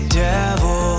devil